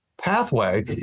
pathway